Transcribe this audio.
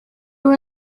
were